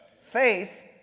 Faith